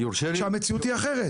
שהמציאות היא אחרת.